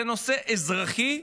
זה נושא אזרחי,